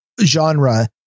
genre